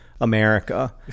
America